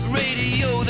radio